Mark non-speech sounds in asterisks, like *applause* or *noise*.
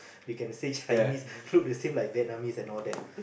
we can say Chinese *laughs* look the same like Vietnamese and all that